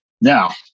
Now